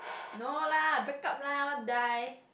no lah breakup lah what die